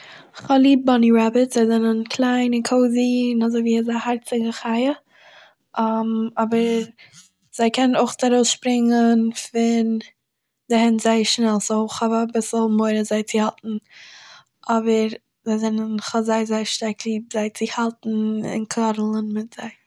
כ'האב ליב באני רעביטס, זיי זענען קליין און קאוזי און אזוי ווי א הארציגע חיה אבער, זיי קענען אויך ארויסשפרינגען פון די הענט זייער שנעל, סו, איך האב אביסל מורא זיי צו האלטן, אבער זיי זענען- כ'האב זיי אזוי שטארק ליב זיי צו האלטן און קאדלען מיט זיי